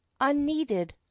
unneeded